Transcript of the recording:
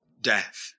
death